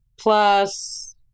Plus